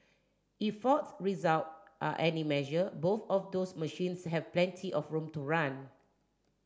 if Ford's result are any measure both of those machines have plenty of room to run